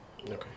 Okay